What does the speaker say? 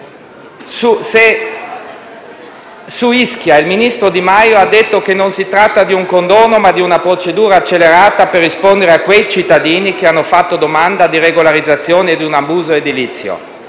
Ischia, il ministro Di Maio ha detto che non si tratta di un condono ma di una procedura accelerata per rispondere a quei cittadini che hanno fatto domanda di regolarizzazione di un abuso edilizio.